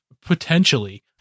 potentially